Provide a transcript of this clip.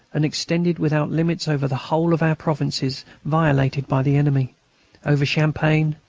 and extended without limits over the whole of our provinces violated by the enemy over champagne,